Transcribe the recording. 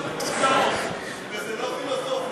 וזו לא פילוסופיה.